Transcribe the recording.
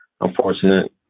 unfortunate